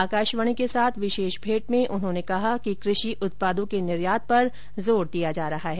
आकाशवाणी के साथ विशेष भेंट में उन्होंने कहा कि कृषि उत्पादों के निर्यात पर जोर दिया जा रहा है